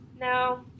No